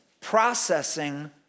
Processing